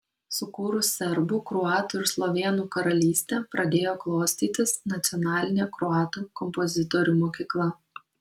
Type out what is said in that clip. sukūrus serbų kroatų ir slovėnų karalystę pradėjo klostytis nacionalinė kroatų kompozitorių mokykla